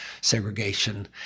segregation